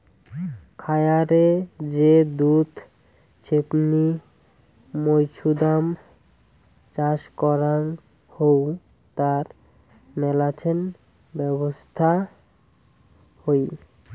খায়ারে যে দুধ ছেপনি মৌছুদাম চাষ করাং হউ তার মেলাছেন ব্যবছস্থা হই